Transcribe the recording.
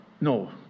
No